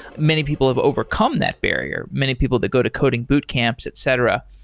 many people have overcome that barrier. many people that go to coding boot camps, etc.